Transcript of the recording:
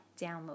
download